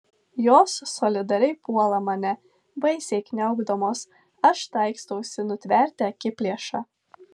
jos solidariai puola mane baisiai kniaukdamos aš taikstausi nutverti akiplėšą